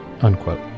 unquote